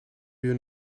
you